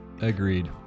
Agreed